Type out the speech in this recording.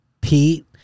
Pete